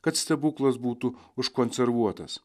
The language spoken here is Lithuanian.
kad stebuklas būtų užkonservuotas